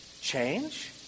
change